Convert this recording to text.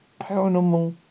paranormal